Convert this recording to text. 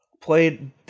played